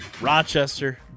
Rochester